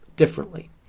Differently